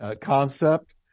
concept